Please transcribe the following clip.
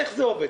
איך זה עובד?